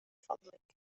فضلك